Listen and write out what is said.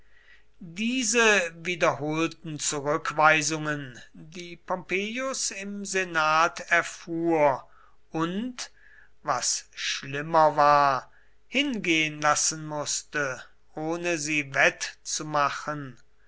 diese wiederholten zurückweisungen die pompeius im senat erfuhr und was schlimmer war hingehen lassen mußte ohne sie wettzumachen